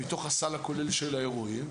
מתוך הסל הכולל של האירועים,